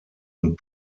und